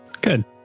Good